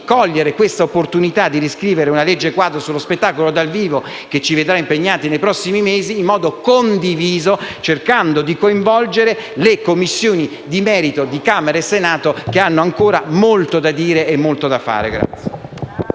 cogliere l'opportunità di riscrivere una legge quadro sullo spettacolo dal vivo, che ci vedrà impegnati nei prossimi mesi in modo condiviso, coinvolgendo le Commissioni di merito di Camera e Senato, che hanno al riguardo ancora molto da dire e